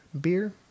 beer